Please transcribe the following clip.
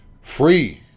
Free